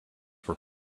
were